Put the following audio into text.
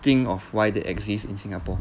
think of why they exist in singapore